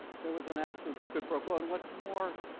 there was an absolute quid pro quo. and what's more,